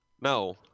no